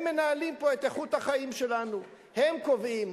הם מנהלים פה את איכות החיים שלנו, הם קובעים.